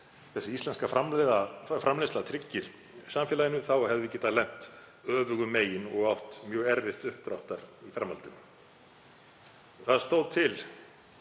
sem íslensk framleiðsla tryggir samfélaginu hefðum við getað lent öfugum megin og átt mjög erfitt uppdráttar í framhaldinu. Það stóð til